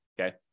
Okay